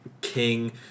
King